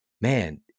man